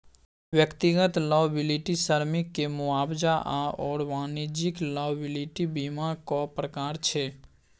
व्यक्तिगत लॉयबिलटी श्रमिककेँ मुआवजा आओर वाणिज्यिक लॉयबिलटी बीमाक प्रकार छै